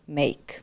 make